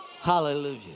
hallelujah